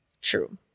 True